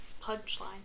punchline